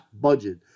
budget